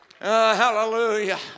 Hallelujah